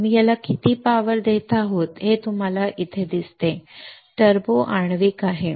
आम्ही याला किती शक्ती देत आहोत हे तुम्हाला येथे दिसते ते टर्बो मॉलिक्युलर आहे